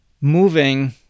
moving